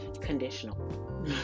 conditional